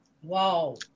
Whoa